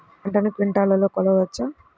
పంటను క్వింటాల్లలో కొలవచ్చా?